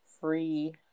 free